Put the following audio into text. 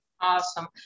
Awesome